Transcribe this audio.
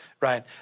Right